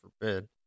forbid